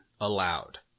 allowed